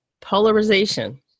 Polarization